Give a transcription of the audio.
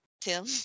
Tim